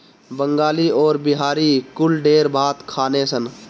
बंगाली अउरी बिहारी कुल ढेर भात खाने सन